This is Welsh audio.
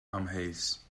amheus